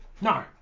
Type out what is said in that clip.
No